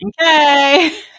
okay